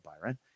Byron